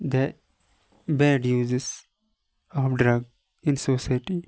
the bad uses of drug in society